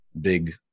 big